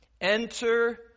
Enter